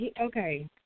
Okay